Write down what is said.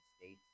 States